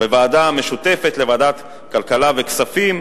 בוועדה המשותפת לוועדת הכלכלה ולוועדת הכספים,